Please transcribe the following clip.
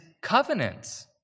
covenants